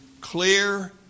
clear